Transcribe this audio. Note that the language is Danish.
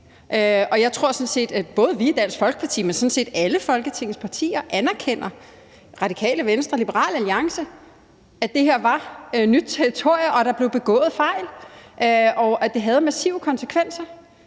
Venstre, Liberal Alliance – anerkender, at det her var nyt territorie, at der blev begået fejl, og at det havde massive konsekvenser.